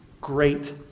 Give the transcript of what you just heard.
great